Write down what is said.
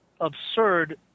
absurd